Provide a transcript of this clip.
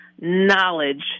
knowledge